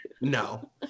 No